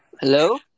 hello